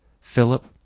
Philip